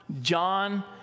John